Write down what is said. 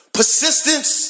persistence